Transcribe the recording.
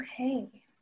Okay